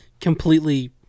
completely